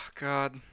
God